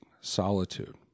solitude